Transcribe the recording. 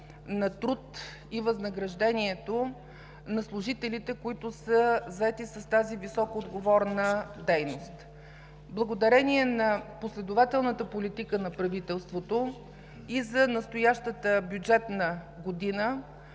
на труд и възнаграждението на служителите, които са заети с тази високоотговорна дейност. Благодарение на последователната политика на правителството и за настоящата бюджетна година